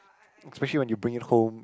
especially when you bring it home